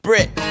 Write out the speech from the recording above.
Brit